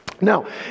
Now